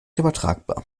übertragbar